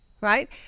right